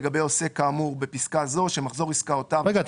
לגבי עוסק כאמור בפסקה זו שמחזור עסקאותיו בשנת